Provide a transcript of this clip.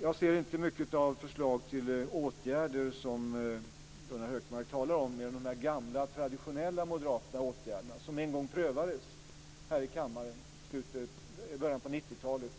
Det finns inte mycket till förslag till åtgärder i det Gunnar Hökmark säger. Han talar bara om de gamla traditionella moderata åtgärderna som en gång prövades här i kammaren i början på 90-talet